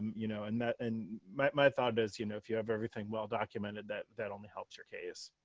you know, and that. and my thought is, you know, if you have everything well documented that that only helps your case.